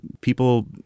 people